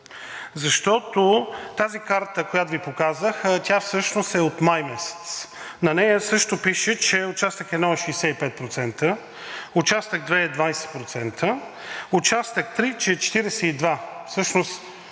защото тази карта, която Ви показах, тя всъщност е от месец май. На нея също пише, че участък 1 е 65%, участък 2 е 20%, участък 3 е 42%.